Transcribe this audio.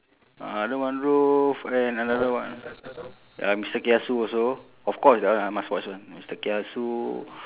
uh under one roof and another one ya mister kiasu also of course that one I must watch [one] mister kiasu